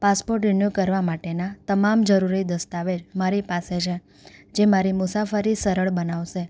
passport renew કરવા માટેના તમામ જરૂરી દસ્તાવેજ મારી પાસે છે જે મારી મુસાફરી સરળ બનાવશે